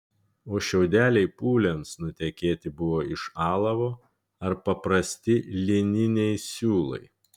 o šiaudeliai pūliams nutekėti buvo iš alavo ar paprasti lininiai siūlai